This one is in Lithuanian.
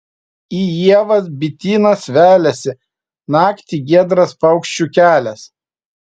į ievas bitynas veliasi naktį giedras paukščių kelias